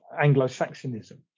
Anglo-Saxonism